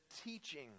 teaching